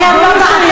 אתם לא באתם,